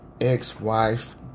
ex-wife